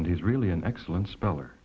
and he's really an excellent speller